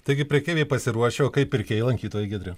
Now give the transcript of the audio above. taigi prekeiviai pasiruošę o kaip pirkėjai lankytojai giedre